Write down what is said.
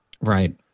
right